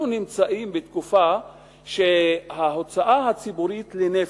אנחנו נמצאים בתקופה שההוצאה הציבורית לנפש,